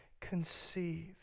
conceive